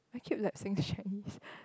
I keep like saying Chinese